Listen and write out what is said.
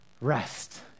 rest